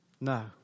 No